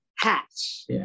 Hatch